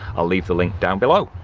i'll leave the link down below.